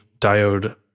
diode